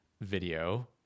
video